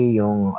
yung